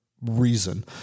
reason